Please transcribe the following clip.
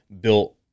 built